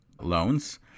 loans